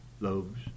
loaves